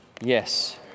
Yes